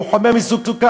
הוא חומר מסוכן.